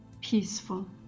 peaceful